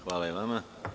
Hvala i vama.